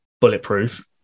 bulletproof